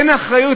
לנו אין אחריות?